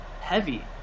heavy